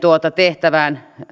tehtävään